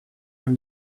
from